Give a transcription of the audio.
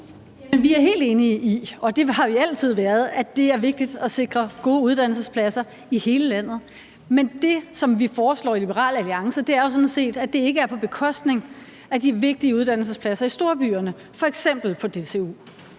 vi er helt enige i, og det har vi altid været, at det er vigtigt at sikre gode uddannelsespladser i hele landet. Men det, som vi foreslår i Liberal Alliance, er jo sådan set, at det ikke er på bekostning af de vigtige uddannelsespladser i storbyerne, f.eks. på DTU.